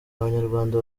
abanyarwanda